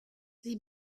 sie